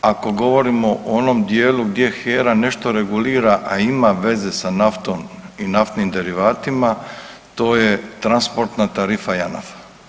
Ako govorimo o onom dijelu gdje HERA nešto regulira, a ima veze sa naftom i naftnim derivatima to je transportna tarifa JANAFA.